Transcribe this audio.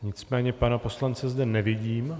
Nicméně pana poslance zde nevidím.